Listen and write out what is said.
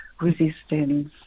resistance